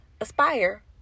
aspire